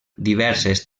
diverses